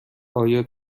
آیا